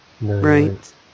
Right